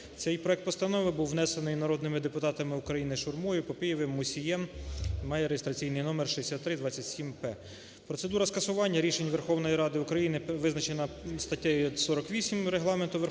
Цей проект постанови був внесений народними депутатами України Шурмою, Папієвим, Мусієм, має реєстраційний номер 6327-п. Процедура скасування рішень Верховної Ради України визначена статтею 48 Регламенту Верховної Ради України